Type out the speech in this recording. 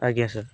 ଆଜ୍ଞା ସାର୍